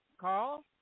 Carl